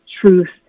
truth